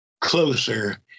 closer